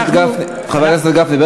חבר הכנסת גפני,